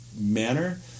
manner